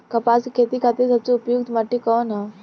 कपास क खेती के खातिर सबसे उपयुक्त माटी कवन ह?